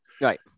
Right